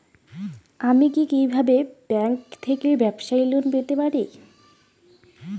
আমি কি কিভাবে ব্যাংক থেকে ব্যবসায়ী লোন পেতে পারি?